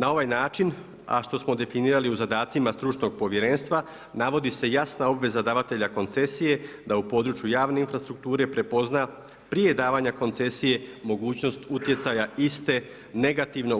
Na ovaj način, a što smo definirali u zadacima stručnog povjerenstva, navodi se jasna obveza davanja koncesije da u području javne infrastrukture prepozna prije davanja koncesije mogućnost utjecaja iste negativno